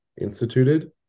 instituted